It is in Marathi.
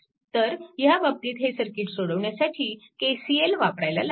तर ह्या बाबतीत हे सर्किट सोडवण्यासाठी KCL वापरावा लागेल